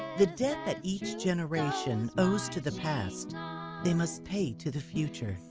the debt that each generation owes to the past they must pay to the future.